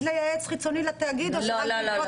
לייעץ חיצוני לתאגיד או שרק בעקבות